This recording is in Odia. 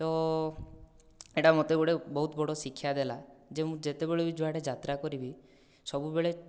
ତ ଏଟା ମୋତେ ଗୋଟିଏ ବହୁତ ବଡ଼ ଶିକ୍ଷା ଦେଲା ଯେ ମୁଁ ଯେତବେଳେ ବି ଯୁଆଡ଼େ ଯାତ୍ରା କରିବି ସବୁବେଳେ